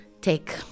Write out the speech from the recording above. take